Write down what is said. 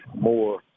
more